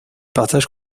partage